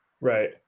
Right